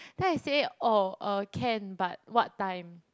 then I say oh uh can but what time